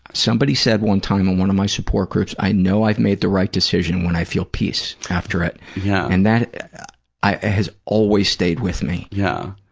somebody said one time in one of my support groups, i know i've made the right decision when i feel peace after it, yeah and that has always stayed with me. yeah.